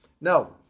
Now